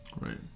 right